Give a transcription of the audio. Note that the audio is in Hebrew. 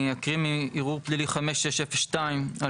אקריא מערעור פלילי 5602/22,